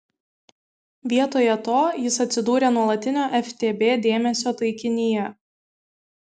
vietoje to jis atsidūrė nuolatinio ftb dėmesio taikinyje